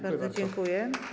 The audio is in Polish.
Bardzo dziękuję.